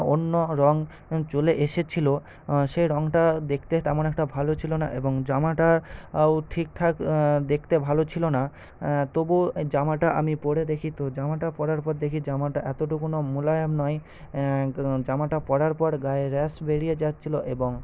অন্য রঙ চলে এসেছিল সে রঙটা দেখতে তেমন একটা ভালো ছিল না এবং জামাটারও ঠিকঠাক দেখতে ভালো ছিল না তবুও জামাটা আমি পরে দেখি তো জামাটা পরার পর দেখি জামাটা এতটুকুও মোলায়েম নয় জামাটা পরার পর গায়ে র্যাশ বেরিয়ে যাচ্ছিল এবং